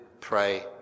pray